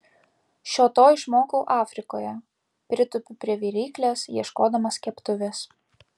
šio to išmokau afrikoje pritupiu prie viryklės ieškodamas keptuvės